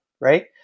right